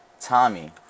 Tommy